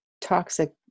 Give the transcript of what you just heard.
toxic